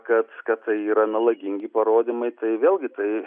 kad tai yra melagingi parodymai tai vėlgi tai